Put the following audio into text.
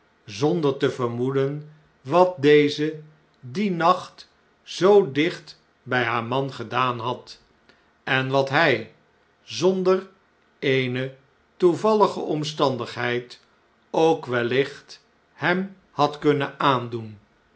zonder te vermoeden wat deze dien nacht zoo dicht bj haar man gedaan had en wat hn zonder eene toevallige omstandigheid ook wellicht hem had kunnen aandoen